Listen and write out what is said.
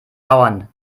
bauern